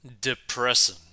depressing